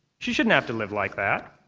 she shouldn't have to live like that.